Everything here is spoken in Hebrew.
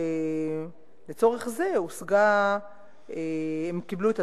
לצורך זה הם קיבלו את